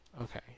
Okay